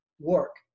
work